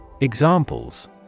Examples